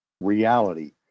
reality